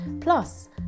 Plus